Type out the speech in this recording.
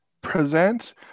present